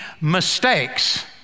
mistakes